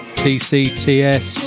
tcts